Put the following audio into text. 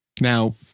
now